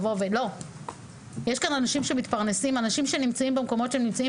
יש אנשים שמתפרנסים ונמצאים במקומות שהם נמצאים,